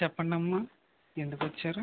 చెప్పండి అమ్మ ఎందుకు వచ్చారు